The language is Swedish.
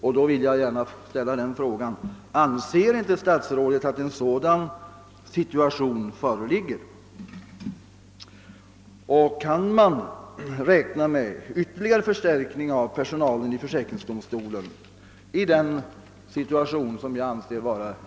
Jag vill då ställa frågan, om statsrådet anser, att den situationen nu föreligger, att tjänsten bör inrättas. Och kan man räkna med ytterligare förstärkning av personalen inom försäkringsdomstolen i den rådande situationen, som jag anser vara prekär?